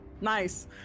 Nice